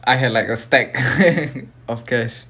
I had like a stack of cash